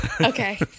Okay